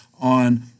on